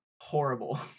horrible